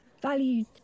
valued